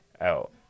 out